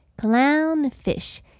Clownfish